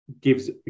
gives